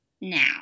now